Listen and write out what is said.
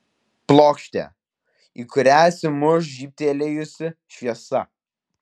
plokštė į kurią atsimuš žybtelėjusi šviesa